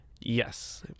yes